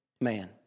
man